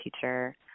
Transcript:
teacher